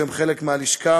שהם חלק מהלשכה,